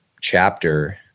chapter